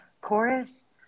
chorus